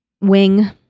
wing